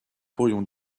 pourrions